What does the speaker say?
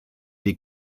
die